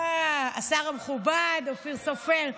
השר המכובד אופיר סופר,